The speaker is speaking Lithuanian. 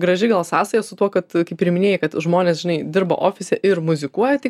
graži gal sąsaja su tuo kad kaip ir minėjai kad žmonės žinai dirba ofise ir muzikuoja tai